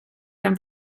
gan